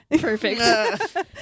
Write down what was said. Perfect